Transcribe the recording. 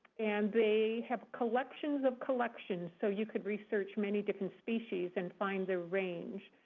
and they have collections of collections. so you could research many different species and find their range.